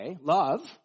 love